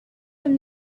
from